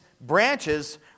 branches